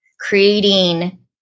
creating